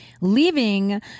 leaving